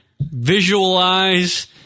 visualize